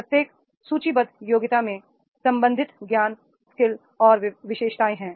प्रत्येक सूचीबद्ध योग्यता में संबंधित ज्ञान स्किल और विशेषताएँ हैं